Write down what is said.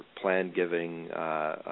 plan-giving